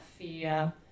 fear